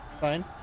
Fine